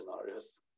scenarios